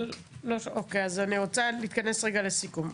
אני רוצה להתכנס לסיכום.